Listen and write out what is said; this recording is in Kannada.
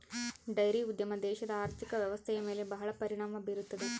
ಡೈರಿ ಉದ್ಯಮ ದೇಶದ ಆರ್ಥಿಕ ವ್ವ್ಯವಸ್ಥೆಯ ಮೇಲೆ ಬಹಳ ಪರಿಣಾಮ ಬೀರುತ್ತದೆ